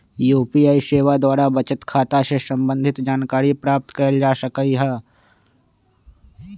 UPI सेवा द्वारा बचत खता से संबंधित जानकारी प्राप्त कएल जा सकहइ